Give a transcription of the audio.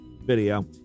video